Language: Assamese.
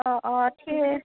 অঁ অঁ ঠিক